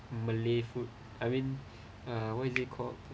malay food I mean uh what is it called